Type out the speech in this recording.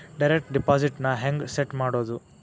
Direct deposit ನ ಹೆಂಗ್ set ಮಾಡೊದು?